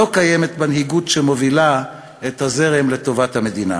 לא קיימת מנהיגות שמובילה את הזרם לטובת המדינה.